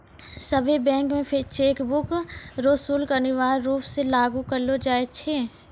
सभ्भे बैंक मे चेकबुक रो शुल्क अनिवार्य रूप से लागू करलो जाय छै